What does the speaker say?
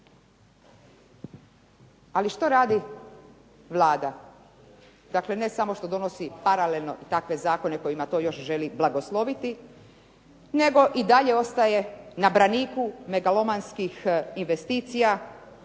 Ali što radi Vlada? Dakle, ne samo što donosi paralelno takve zakone kojima to još želi blagosloviti, nego i dalje ostaje na braniku megalomanskih investicija,